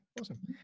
Awesome